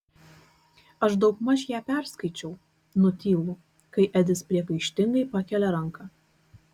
aš daugmaž ją perskaičiau nutylu kai edis priekaištingai pakelia ranką